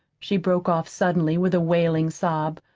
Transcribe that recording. she broke off suddenly, with a wailing sob.